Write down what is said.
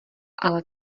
ale